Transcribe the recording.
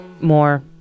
More